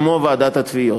כמו ועידת התביעות.